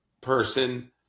person